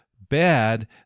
bad